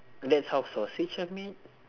that's how sausage are made